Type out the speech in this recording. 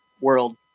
world